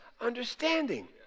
understanding